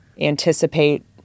anticipate